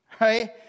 right